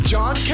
John